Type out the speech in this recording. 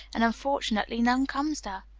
and unfortunately, none comes to her.